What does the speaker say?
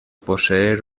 poseer